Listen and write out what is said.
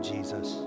Jesus